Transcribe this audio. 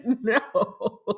No